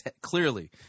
clearly